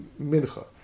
mincha